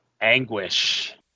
anguish